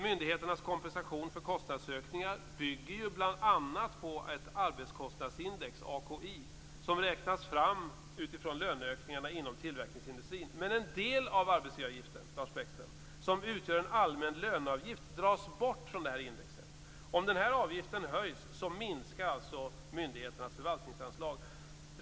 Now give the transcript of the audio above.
Myndigheternas kompensation för kostnadsökningar bygger ju bl.a. på ett arbetskostnadsindex, AKI, som räknas fram utifrån löneökningar inom tillverkningsindustrin. Men en del av arbetsgivaravgiften, Lars Bäckström, som utgör en allmän löneavgift, dras bort från indexet. Om den här avgiften höjs minskar alltså myndigheternas förvaltningsanslag.